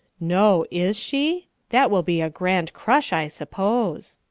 no is she? that will be a grand crush, i suppose.